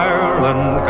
Ireland